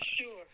Sure